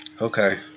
Okay